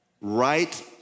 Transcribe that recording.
right